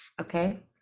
Okay